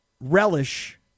relish